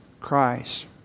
Christ